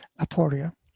Aporia